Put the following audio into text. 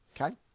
Okay